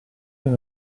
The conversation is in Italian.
alle